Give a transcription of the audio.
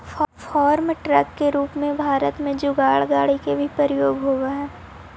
farm truck के रूप में भारत में जुगाड़ गाड़ि के भी प्रयोग होवऽ हई